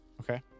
Okay